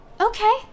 Okay